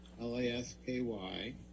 L-A-S-K-Y